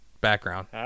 background